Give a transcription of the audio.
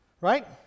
right